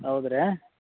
ಹೌದು ರಿ